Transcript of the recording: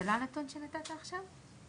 זה לא הנתון שנתת עכשיו?